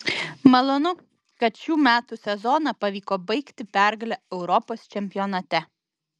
malonu kad šių metų sezoną pavyko baigti pergale europos čempionate